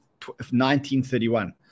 1931